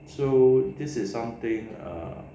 so this is something err